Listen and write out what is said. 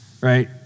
right